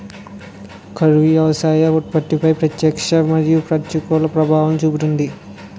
కరువు వ్యవసాయ ఉత్పత్తిపై ప్రత్యక్ష మరియు ప్రతికూల ప్రభావాలను చూపుతుంది